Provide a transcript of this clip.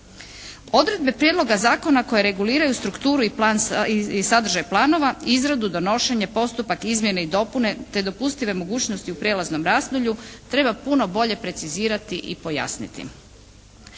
Odredbe prijedloga zakona koje reguliraju strukturu i sadržaj planova, izradu, donošenje, postupak, izmjene i dopune te dopustive mogućnosti u prijelaznom razdoblju treba puno bolje precizirati i pojasniti.